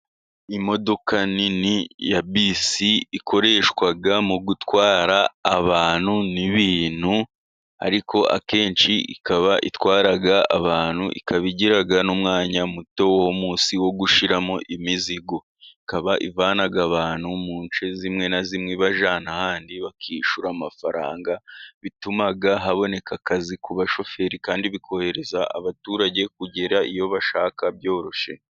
Imodoka nini ya bisi ikoreshwa mu gutwara abantu n'ibintu, ariko akenshi ikaba itwara abantu, ikaba igira n'umwanya muto wo munsi wo gushyiramo imizigo, ikaba ivana abantu mu nce zimwe na zimwe ibajyana ahandi, bakishyura amafaranga, bituma haboneka akazi ku bashoferi, kandi bikorohereza abaturage kugera iyo bashaka byoroshye.